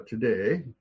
today